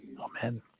Amen